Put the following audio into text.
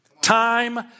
Time